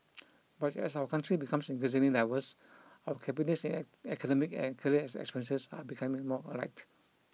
but as our country becomes increasingly diverse our cabinet's academic and career experiences are becoming more alike